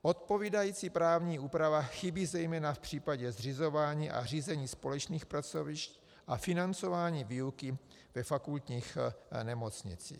Odpovídající právní úprava chybí zejména v případě zřizování a řízení společných pracovišť a financování výuky ve fakultních nemocnicích.